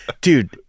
Dude